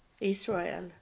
israel